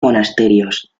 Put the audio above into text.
monasterios